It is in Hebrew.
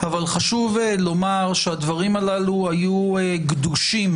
אבל חשוב לומר, שהדברים הללו היו גדושים